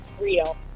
real